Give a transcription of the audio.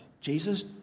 Jesus